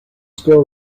still